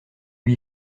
lui